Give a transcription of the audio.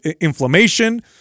inflammation